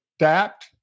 adapt